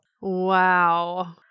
Wow